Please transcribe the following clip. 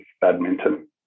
badminton